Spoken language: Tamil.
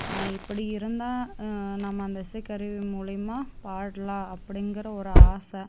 இப்படி இருந்தால் நம்ம அந்த இசைக்கருவி மூலியமாக பாடலாம் அப்படிங்கிற ஒரு ஆசை